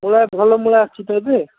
ମୂଳା ଭଲ ମୂଳା ଅଛି ତ ଏବେ